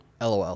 LOL